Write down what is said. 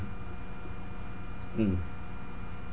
mm